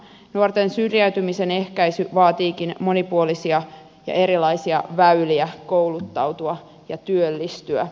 nuorten syrjäytymisen ehkäisy vaatiikin monipuolisia ja erilaisia väyliä kouluttautua ja työllistyä